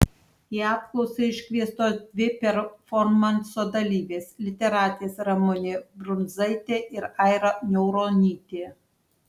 į apklausą iškviestos dvi performanso dalyvės literatės ramunė brunzaitė ir aira niauronytė